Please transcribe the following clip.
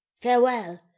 Farewell